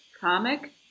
comic